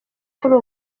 kuri